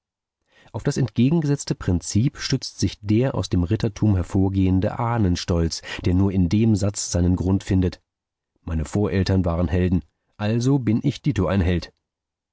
auf das entgegengesetzte prinzip stützt sich der aus dem rittertum hervorgehende ahnenstolz der nur in dem satz seinen grund findet meine voreltern waren helden also bin ich dito ein held